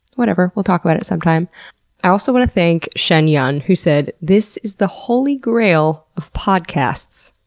whatever. we'll talk about it sometime. i also want to thank shen-yun, who said this is the holy grail of podcasts,